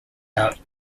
out